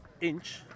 inch